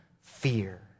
fear